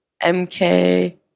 MK